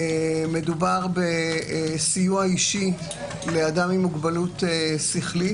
מדובר בסיוע אישי לאדם עם מוגבלות שכלית.